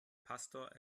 pastor